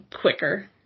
quicker